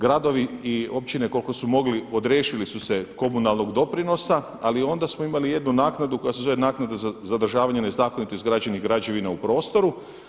Gradovi i općine koliko su mogli odriješili su se komunalnog doprinosa, ali onda smo imali jednu naknadu koja se zove naknada za zadržavanje nezakonito izgrađenih građevina u prostoru.